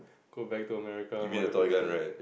go back to America whatever you from